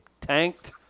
tanked